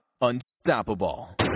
unstoppable